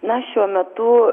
na šiuo metu